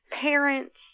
parents